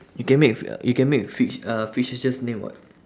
you can make f~ you can make fic~ uh fictitious name [what]